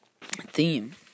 theme